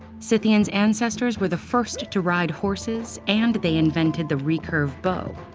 scythians' ancestors were the first to ride horses and they invented the recurve bow.